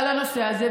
על הנושא הזה,